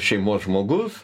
šeimos žmogus